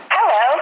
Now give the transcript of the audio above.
Hello